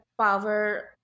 power